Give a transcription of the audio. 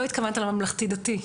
לא התכוונת לממלכתי-דתי?